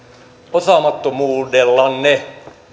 osaamattomuudellanne